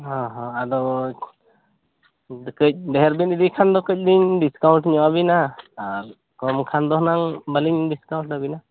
ᱦᱮᱸ ᱦᱮᱸ ᱟᱫᱚ ᱠᱟᱹᱡ ᱰᱷᱮᱨ ᱵᱮᱱ ᱤᱫᱤ ᱠᱷᱟᱱ ᱫᱚ ᱠᱟᱹᱡ ᱞᱤᱧ ᱰᱤᱥᱠᱟᱭᱩᱱᱴ ᱧᱚᱜ ᱟᱹᱵᱤᱱᱟ ᱟᱨ ᱠᱚᱢ ᱠᱷᱟᱱ ᱫᱚ ᱦᱩᱱᱟᱹᱝ ᱵᱟᱹᱞᱤᱧ ᱰᱤᱥᱠᱟᱭᱩᱱᱴ ᱟᱹᱵᱤᱱᱟ